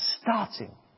starting